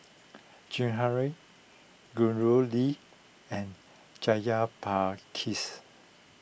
Jehangirr Gauri and Jayaprakash